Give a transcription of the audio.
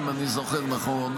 אם אני זוכר נכון,